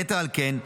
יתר על כן,